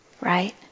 right